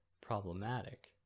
problematic